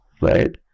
right